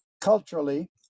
culturally